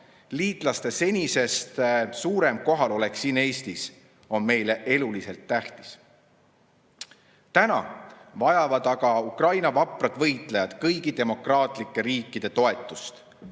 Liitlaste senisest suurem kohalolek siin Eestis on meile eluliselt tähtis. Täna vajavad aga Ukraina vaprad võitlejad kõigi demokraatlike riikide toetust.